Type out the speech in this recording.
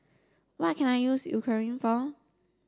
what can I use Eucerin for